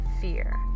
fear